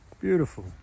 beautiful